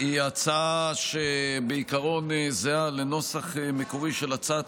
היא הצעה שבעיקרון זהה לנוסח המקורי של הצעת